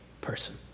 person